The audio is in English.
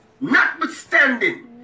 Notwithstanding